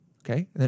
Okay